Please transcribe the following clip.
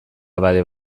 abade